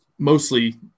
Mostly